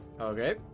Okay